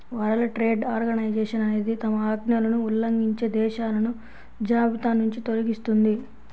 world trade organization అనేది తమ ఆజ్ఞలను ఉల్లంఘించే దేశాలను జాబితానుంచి తొలగిస్తుంది